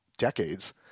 Decades